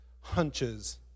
hunches